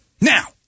Now